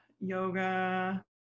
yoga